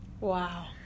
Wow